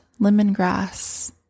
lemongrass